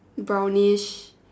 brownies